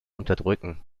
unterdrücken